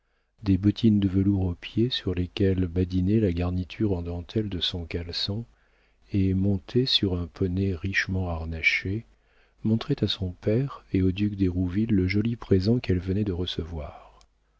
des bottines de velours aux pieds sur lesquelles badinait la garniture de dentelle de son caleçon et montée sur un poney richement harnaché montrait à son père et au duc d'hérouville le joli présent qu'elle venait de recevoir